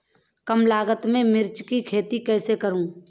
कम लागत में मिर्च की खेती कैसे करूँ?